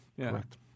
Correct